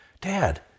Dad